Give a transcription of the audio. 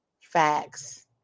facts